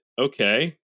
okay